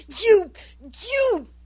You—you